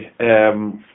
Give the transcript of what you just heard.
Okay